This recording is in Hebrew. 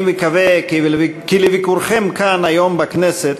אני מקווה כי לביקורכם כאן היום בכנסת,